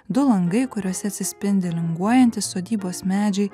du langai kuriuose atsispindi linguojantys sodybos medžiai